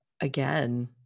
again